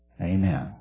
Amen